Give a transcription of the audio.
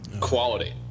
quality